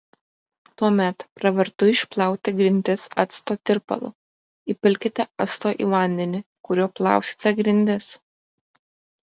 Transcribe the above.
tuomet pravartu išplauti grindis acto tirpalu įpilkite acto į vandenį kuriuo plausite grindis